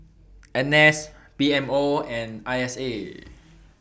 N S P M O and I S A